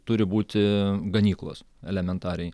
turi būti ganyklos elementariai